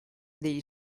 negli